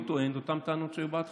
לא טוען את אותן טענות שהיו בהתחלה.